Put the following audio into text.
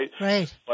right